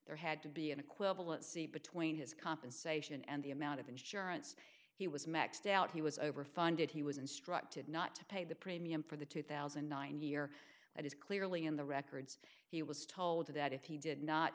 there had to be an equivalency between his compensation and the amount of insurance he was maxed out he was overfunded he was instructed not to pay the premium for the two thousand and nine year that is clearly in the records he was told that if he did not